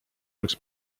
oleks